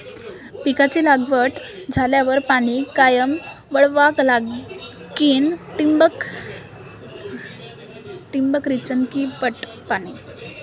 पिकाची लागवड झाल्यावर पाणी कायनं वळवा लागीन? ठिबक सिंचन की पट पाणी?